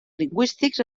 lingüístics